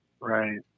Right